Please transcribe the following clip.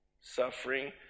suffering